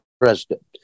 president